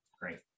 Great